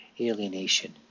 Alienation